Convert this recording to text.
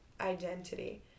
identity